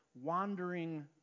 wandering